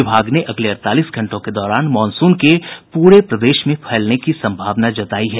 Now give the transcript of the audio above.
विभाग ने अगले अड़तालीस घंटों के दौरान मॉनसून के पूरे प्रदेश में फैलने की संभावना जतायी है